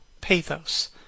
pathos